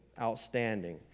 outstanding